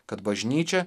kad bažnyčia